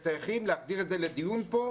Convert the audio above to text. צריכים להחזיר את זה לדיון כאן.